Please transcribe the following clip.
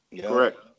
Correct